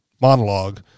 monologue